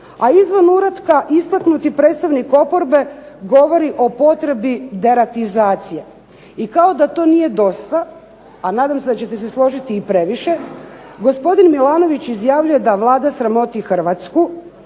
a izvan uratka istaknuti predstavnik oporbe govori o potrebi deratizacije. I kao da to nije dosta a nadam se da ćete se složiti i previše gospodin Milanović izjavljuje da Vlada sramoti Hrvatsku,